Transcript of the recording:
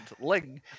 Ling